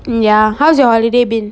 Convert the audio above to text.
ya how's your holiday been